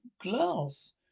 glass